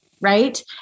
right